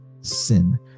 sin